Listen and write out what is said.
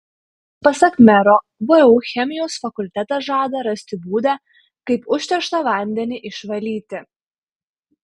pasak mero vu chemijos fakultetas žada rasti būdą kaip užterštą vandenį išvalyti